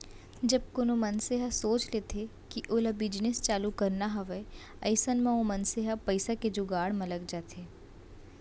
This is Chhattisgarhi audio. जब कोनो मनसे ह सोच लेथे कि ओला बिजनेस चालू करना हावय अइसन म ओ मनसे ह पइसा के जुगाड़ म लग जाथे